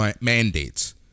Mandates